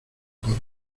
por